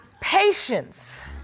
patience